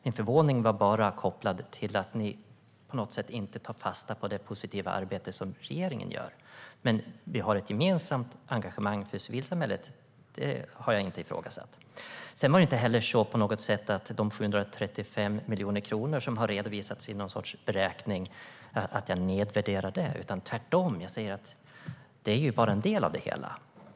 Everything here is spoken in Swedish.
Min förvåning var bara kopplad till att ni inte tar fasta på det positiva arbete som regeringen gör. Men vi har ett gemensamt engagemang för civilsamhället. Det har jag inte ifrågasatt. Jag nedvärderar inte heller de 735 miljoner kronor som har redovisats i någon sorts beräkning - tvärtom. Jag säger att det bara är en del av det hela.